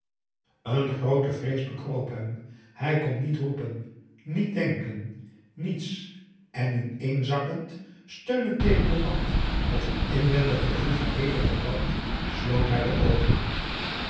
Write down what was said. een groote vrees bekroop hem hij kon niet roepen niet denken niets en ineenzakkend steunend tegen den wand met een inwendig gevoel van hevigen brand sloot hij de oogen